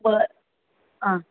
बरं हां